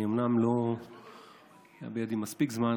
אומנם לא היה בידי מספיק זמן,